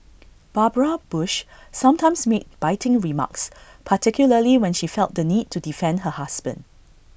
Barbara bush sometimes made biting remarks particularly when she felt the need to defend her husband